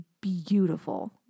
beautiful